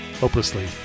hopelessly